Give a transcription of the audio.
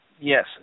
Yes